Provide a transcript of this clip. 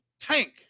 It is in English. Tank